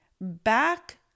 back